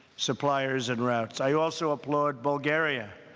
suppliers, and routes. i also applaud bulgaria,